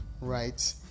Right